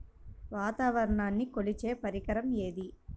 వాతావరణాన్ని కొలిచే పరికరం ఏది?